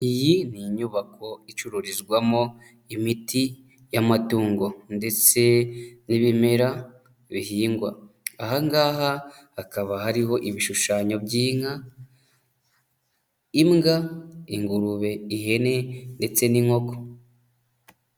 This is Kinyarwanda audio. Iyi ni inyubako icururizwamo imiti y'amatungo ndetse n'ibimera bihingwa ahangaha, hakaba hariho ibishushanyo by'inka, imbwa, ingurube, ihene ndetse n'inkoko.